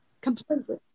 Completely